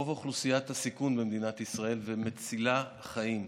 ברוב אוכלוסיית הסיכון במדינת ישראל ומצילה חיים.